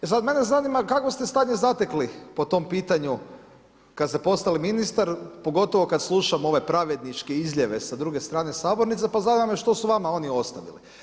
E sada mene zanima kakvo ste stanje zatekli po tom pitanju kada ste postali ministar, pogotovo kada slušam ove pravedničke izljeve sa druge strane sabornice pa zanima me što su vama oni ostavili.